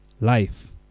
Life